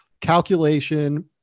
calculation